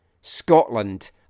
Scotland